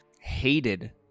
hated